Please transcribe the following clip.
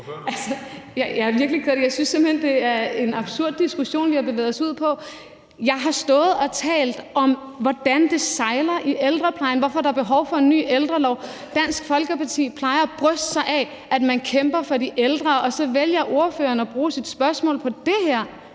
Jeg er virkelig ked af det, men jeg synes, det er en absurd diskussion, vi har bevæget os ud i. Jeg har stået og talt om, hvordan det sejler i ældreplejen, hvorfor der er behov for en ny ældrelov, og Dansk Folkeparti plejer at bryste sig af, at man kæmper for de ældre, og så vælger ordføreren at bruge sit spørgsmål på det her.